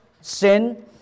sin